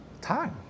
Time